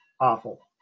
awful